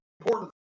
important